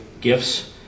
gifts